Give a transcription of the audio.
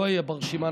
לא אהיה ברשימה,